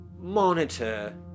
monitor